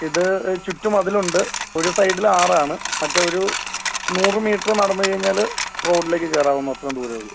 ഇത് ചുറ്റുമതിലുണ്ട് ഒരു സൈഡില് ആറാണ് മറ്റേ ഒരു നൂറ് മീറ്റര് നടന്നു കഴിഞ്ഞാല് റോഡിലേക്ക് കയറാവുന്ന അത്രയും ദൂരമേ ഉള്ളൂ